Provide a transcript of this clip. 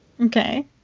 Okay